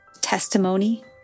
testimony